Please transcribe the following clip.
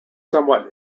somewhat